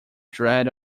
dread